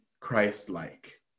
christ-like